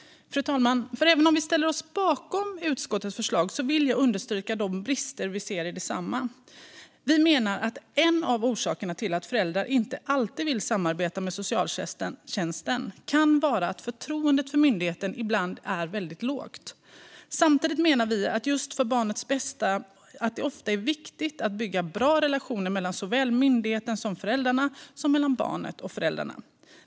Fru talman! Även om vi ställer oss bakom utskottets förslag vill jag understryka de brister vi ser i detsamma. Vi menar att en av orsakerna till att föräldrar inte alltid vill samarbeta med socialtjänsten kan vara att förtroendet för myndigheten ibland är väldigt lågt. Samtidigt menar vi att det ofta är viktigt just för barnets bästa att bygga bra relationer såväl mellan myndigheten och föräldrarna som mellan barnet och föräldrarna.